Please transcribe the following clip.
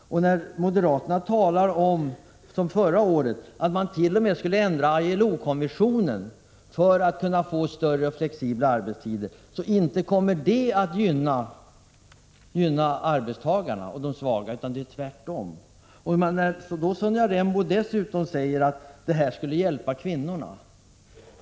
Moderaterna talade förra året t.o.m. om att man borde ändra ILO-konventionen för möjliggörande av flexibla arbetstider. Inte kommer det att gynna arbetstagarna och de svaga, tvärtom. Sonja Rembo säger dessutom att en sådan åtgärd skulle hjälpa kvinnorna.